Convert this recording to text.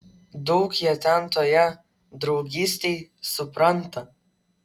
daug jie ten toje draugystėj supranta